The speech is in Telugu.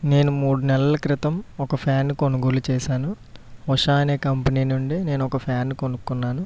నేను మూడు నెలల క్రితం ఒక ఫ్యాన్ను కొనుగోలు చేసాను ఉషా అనే కంపెనీ నుండి నేను ఒక ఫ్యాన్ను కొనుక్కున్నాను